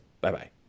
Bye-bye